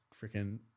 freaking